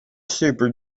super